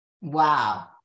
Wow